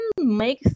make